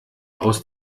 aus